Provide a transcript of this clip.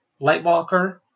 Lightwalker